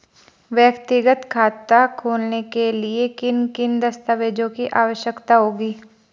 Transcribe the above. व्यक्तिगत खाता खोलने के लिए किन किन दस्तावेज़ों की आवश्यकता होगी?